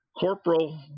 corporal